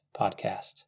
podcast